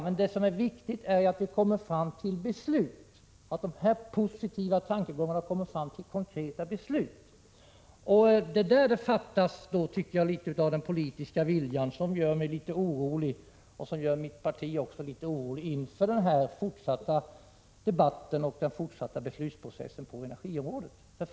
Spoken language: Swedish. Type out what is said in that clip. Men det viktiga är att komma från dessa positiva tankegångar till konkreta beslut, och det är där som det fattas litet politisk vilja. Det gör mig och mitt parti litet oroliga inför den fortsatta debatten och den fortsatta beslutsprocessen på energiområdet.